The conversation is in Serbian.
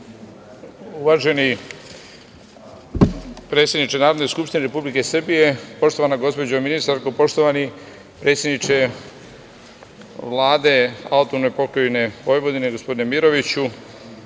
Hvala. Uvaženi predsedniče Narodne skupštine Republike Srbije, poštovana gospođo ministarko, poštovani predsedniče Vlade AP Vojvodine gospodine Miroviću,